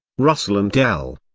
russell and l.